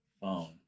phone